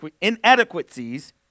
inadequacies